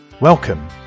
Welcome